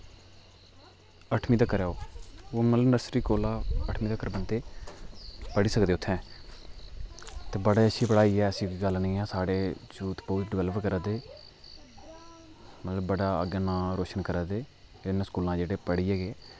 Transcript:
अठमी तकर ऐ ओह् ओह् मतलव नर्सरी कोला अठमीं तकर बंदे पढ़ी सकदे उत्थें बड़ी अच्छी पढ़ाई ऐसी गल्ल निं ऐ साढ़े यूथ बहुत डवैल्प करा दे मतलब बड़ा अग्गें नां रोशन करा दे ते इन स्कूलां जेह्ड़े पढ़ियै गे